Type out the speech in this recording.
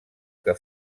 que